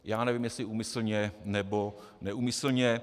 Já nevím, jestli úmyslně, nebo neúmyslně.